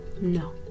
No